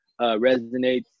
resonates